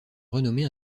renommée